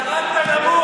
תתבייש לך.